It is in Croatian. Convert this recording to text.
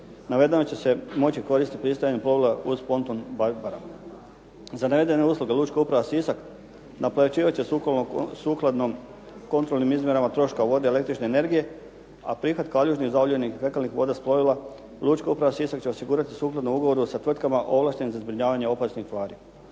Navedeno će se moći koristiti pristajanjem plovila uz ponton Barbara. Za navedene usluge Lučka uprava Sisak naplaćivat će sukladno kontrolnim izmjenama troška vode i električne energije, a prihvat kaljužnih …/Govornik se ne razumije./… s plovila Lučka uprava Sisak će osigurati sukladno ugovoru sa tvrtkama ovlaštenim za zbrinjavanje opasnih tvari.